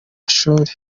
mashuri